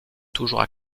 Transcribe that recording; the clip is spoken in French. toujours